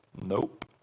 Nope